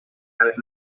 and